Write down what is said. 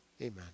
Amen